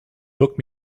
book